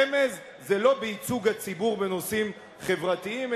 רמז: זה לא בייצוג הציבור בנושאים חברתיים,